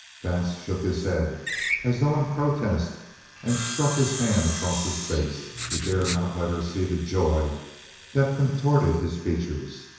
vance shook his head as though in protest and struck his hand across his face. he dared not let her see the joy that contorted his features.